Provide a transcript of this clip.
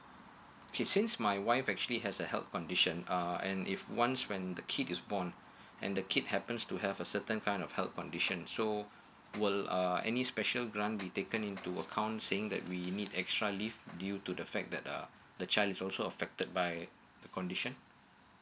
okay since my wife actually has a health condition uh and if once when the kid is born and the kid happens to have a certain kind of health condition so we'll uh any special grant be taken into account saying that we need extra leave due to the fact that uh the child is also affected by the condition